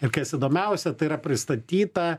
ir kas įdomiausia tai yra pristatyta